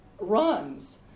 runs